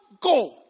go